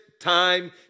time